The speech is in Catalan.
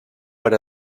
per